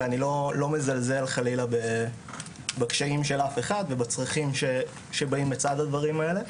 ואני חלילה לא מזלזל בקשיים ובצרכים שבאים לצד הדברים האלה.